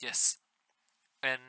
yes and